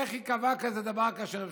איך היא קבעה דבר כזה,